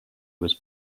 was